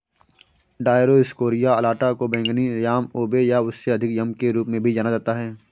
Dioscorea alata को बैंगनी yam ube या उससे अधिक याम के रूप में भी जाना जाता है